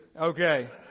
Okay